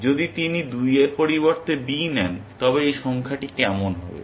যদি তিনি 2 এর পরিবর্তে B নেন তবে এই সংখ্যাটি কেমন হবে